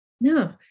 No